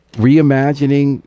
Reimagining